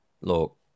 look